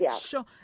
Sure